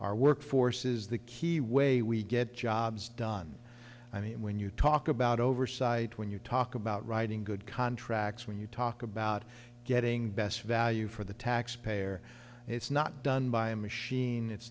our workforce is the key way we get jobs done i mean when you talk about oversight when you talk about writing good contracts when you talk about getting the best value for the taxpayer it's not done by a machine it's